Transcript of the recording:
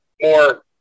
more